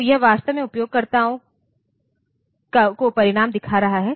तो यह वास्तव में उपयोगकर्ता को परिणाम दिखा रहा है